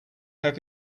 have